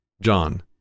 John